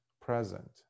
present